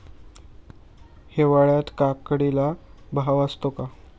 हिवाळ्यात काकडीला भाव असतो का?